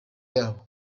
yabo